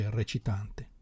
recitante